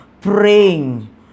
praying